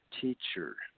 teacher